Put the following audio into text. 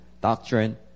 doctrine